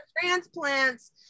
transplants